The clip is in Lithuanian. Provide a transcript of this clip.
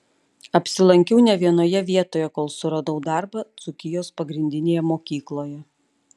apsilankiau ne vienoje vietoje kol suradau darbą dzūkijos pagrindinėje mokykloje